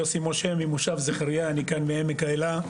אני יוסי מושה ממושב זכריה בעמק האלה.